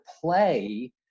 play